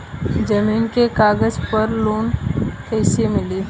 जमीन के कागज पर लोन कइसे मिली?